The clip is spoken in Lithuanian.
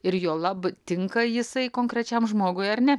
ir juolab tinka jisai konkrečiam žmogui ar ne